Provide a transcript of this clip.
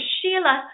Sheila